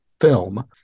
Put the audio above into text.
film